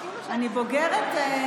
אני בוגרת,